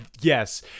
yes